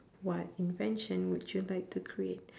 what invention would you like to create